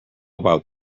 about